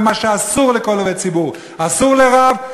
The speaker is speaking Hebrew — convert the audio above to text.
ומה שאסור לכל עובד ציבור אסור לרב,